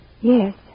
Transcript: Yes